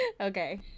Okay